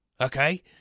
Okay